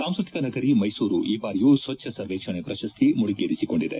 ಸಾಂಸ್ಟತಿಕ ನಗರಿ ಮೈಸೂರು ಈ ಬಾರಿಯೂ ಸ್ವಚ್ದ ಸರ್ವೇಕ್ಷಣೆ ಪ್ರಶಸ್ತಿ ಮುಡಿಗೇರಿಸಿಕೊಂಡಿದೆ